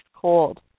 cold